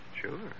Sure